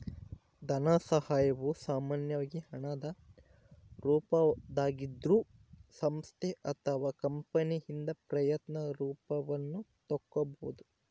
ಧನಸಹಾಯವು ಸಾಮಾನ್ಯವಾಗಿ ಹಣದ ರೂಪದಾಗಿದ್ರೂ ಸಂಸ್ಥೆ ಅಥವಾ ಕಂಪನಿಯಿಂದ ಪ್ರಯತ್ನ ರೂಪವನ್ನು ತಕ್ಕೊಬೋದು